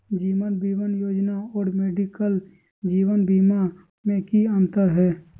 जीवन बीमा और मेडिकल जीवन बीमा में की अंतर है?